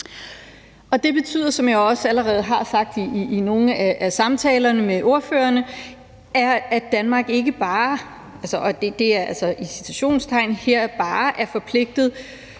Det betyder, som jeg også allerede har sagt i nogle af samtalerne med ordførerne, at Danmark ikke bare – og det